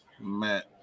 Matt